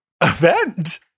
Event